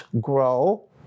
grow